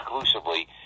exclusively